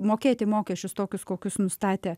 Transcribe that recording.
mokėti mokesčius tokius kokius nustatė